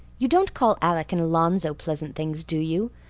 you don't call alec and alonzo pleasant things, do you,